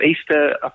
Easter